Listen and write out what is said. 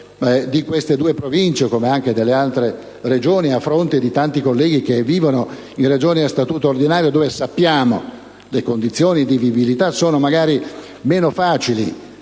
di queste due Province come anche delle Regioni a statuto speciale davanti a tanti colleghi che vivono in Regioni a statuto ordinario, dove sappiamo che le condizioni di vivibilità sono magari meno facili.